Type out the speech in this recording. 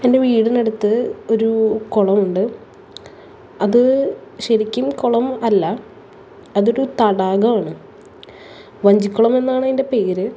എന്റെ വീടിനടുത്ത് ഒരു കുളം ഉണ്ട് അത് ശരിക്കും കുളം അല്ല അതൊരു തടാകമാണ് വഞ്ചിക്കുളം എന്നാണതിന്റെ പേര്